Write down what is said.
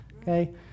okay